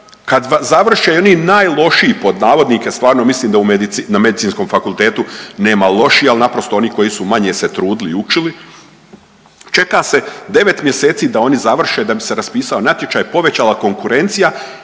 kad završe i oni najlošiji pod navodnike, stvarno mislim da na Medicinskom fakultetu nema loših, ali naprosto oni koji su manje se trudili i učili, čeka se 9 mjeseci da oni završe da bi se raspisao natječaj, povećala konkurencija